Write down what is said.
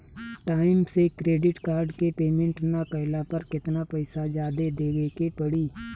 Time से credit card के payment ना कैला पर केतना पईसा जादे देवे के पड़ी?